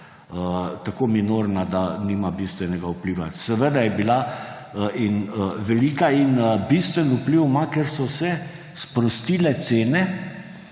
tako minorna, da nima bistvenega vpliva. Seveda je bila velika in bistven vpliv ima, ker so se sprostile cene